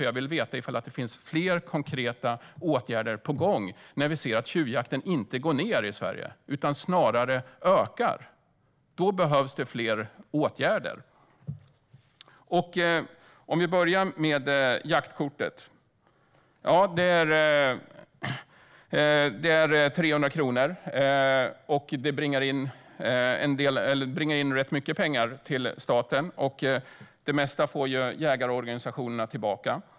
Jag vill veta om det är fler konkreta åtgärder på gång när tjuvjakten inte går ned i Sverige, utan snarare ökar. Då behövs det fler åtgärder. Jag ska börja med jaktkortet. Det kostar 300 kronor, och det inbringar rätt mycket pengar till staten. Det mesta får jägarorganisationerna tillbaka.